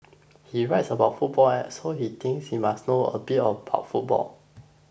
he writes about football and so he thinks he must know a bit about football